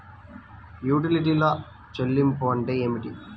యుటిలిటీల చెల్లింపు అంటే ఏమిటి?